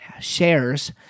shares